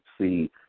See